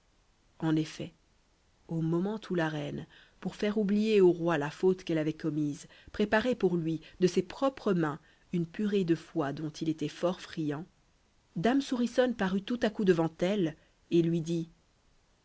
en effet au moment où la reine pour faire oublier au roi la faute qu'elle avait commise préparait pour lui de ses propres mains une purée de foie dont il était fort friand dame souriçonne parut tout à coup devant elle et lui dit